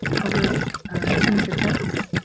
published tunica texts.